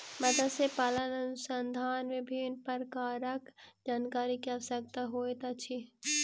मत्स्य पालन अनुसंधान मे विभिन्न प्रकारक जानकारी के आवश्यकता होइत अछि